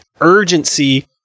urgency